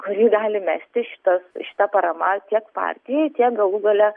kurį gali mesti šita šita parama tiek partijai tiek galų gale